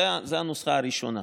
זו הנוסחה הראשונה.